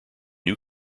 new